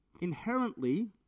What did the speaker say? inherently